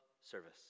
service